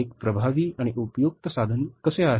हे एक प्रभावी आणि उपयुक्त साधन कसे आहे